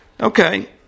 Okay